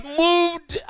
moved